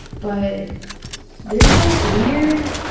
but there is that weird,